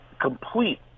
complete